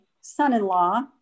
son-in-law